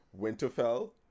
winterfell